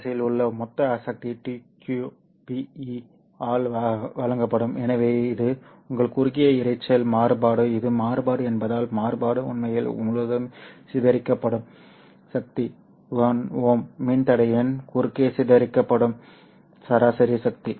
இந்த அலைவரிசையில் உள்ள மொத்த சக்தி 2q Be ஆல் வழங்கப்படும் எனவே இது உங்கள் குறுகிய இரைச்சல் மாறுபாடு இது மாறுபாடு என்பதால் மாறுபாடு உண்மையில் முழுவதும் சிதறடிக்கப்படும் சக்தி 1 ஓம் மின்தடையின் குறுக்கே சிதறடிக்கப்படும் சராசரி சக்தி